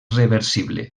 reversible